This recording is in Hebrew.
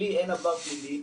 לי אין עבר פלילי,